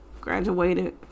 graduated